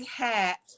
hat